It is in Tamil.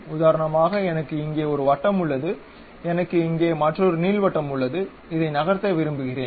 உதாரணமாக எனக்கு இங்கே ஒரு வட்டம் உள்ளது எனக்கு இங்கே மற்றொரு நீள்வட்டம் உள்ளது இதை நகர்த்த விரும்புகிறேன்